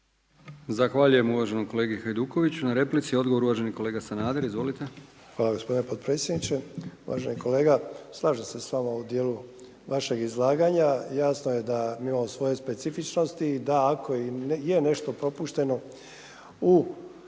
Zahvaljujem uvaženom kolegi Hajdukoviću na replici. Odgovor uvaženi kolega Sanader. Izvolite. **Sanader, Ante (HDZ)** Hvala gospodine potpredsjedniče. Uvaženi kolega, slažem se s vama u dijelu vašeg izlaganja, jasno je da mi imamo svoje specifičnosti i da ako je nešto propušteno u